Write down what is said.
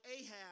Ahab